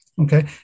okay